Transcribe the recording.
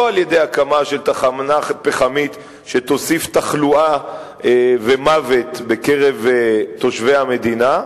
לא על-ידי הקמה של תחנה פחמית שתוסיף תחלואה ומוות בקרב תושבי המדינה,